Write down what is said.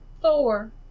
Four